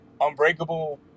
unbreakable